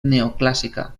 neoclàssica